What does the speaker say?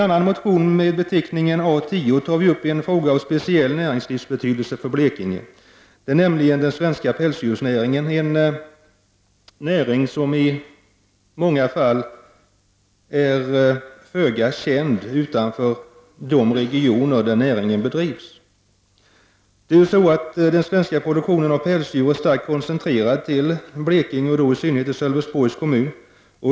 I motion A10 tar vi upp en fråga av speciell näringslivsbetydelse för Blekinge, nämligen den svenska pälsdjursnäringen, en näring som i många fall är föga känd utanför de regioner där den bedrivs. Den svenska produktionen av pälsdjur är starkt koncentrerad till Blekinge och i synnerhet till Sölvesborgs kommun.